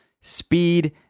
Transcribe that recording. speed